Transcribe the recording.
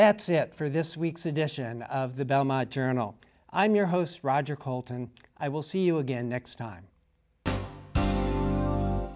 that's it for this week's edition of the belmont journal i'm your host roger colt and i will see you again next time